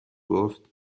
گفت